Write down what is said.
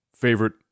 favorite